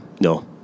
no